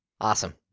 awesome